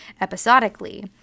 episodically